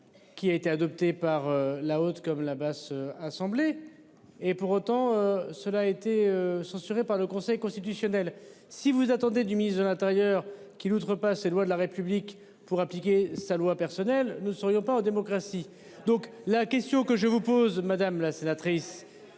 Qui a été adopté par la haute comme la Basse. Assemblée et, pour autant, cela a été censurée par le Conseil constitutionnel si vous attendez du ministre de l'Intérieur qui outrepasse ses lois de la République pour appliquer sa loi personnelle. Nous ne serions pas en démocratie. Donc la question que je vous pose madame la sénatrice.